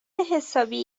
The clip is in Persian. حسابی